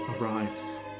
arrives